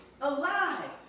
alive